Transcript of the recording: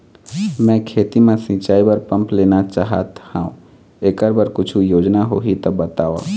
मैं खेती म सिचाई बर पंप लेना चाहत हाव, एकर बर कुछू योजना होही त बताव?